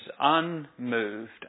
unmoved